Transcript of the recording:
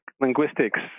linguistics